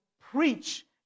preach